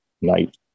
Night